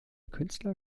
künstler